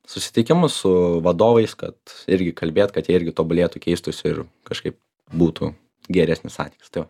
susitikimus su vadovais kad irgi kalbėt kad jie irgi tobulėtų keistųsi ir kažkaip būtų geresnis santykis tai va